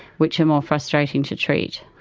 which are more frustrating to treat.